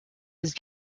his